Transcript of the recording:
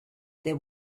there